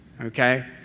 okay